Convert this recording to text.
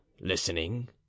listening